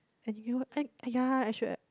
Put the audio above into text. !aiya! I should have